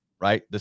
right